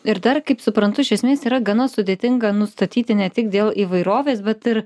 ir dar kaip suprantu iš esmės yra gana sudėtinga nustatyti ne tik dėl įvairovės bet ir